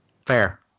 Fair